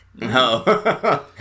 No